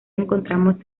encontramos